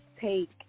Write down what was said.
take